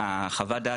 בחוות הדעת,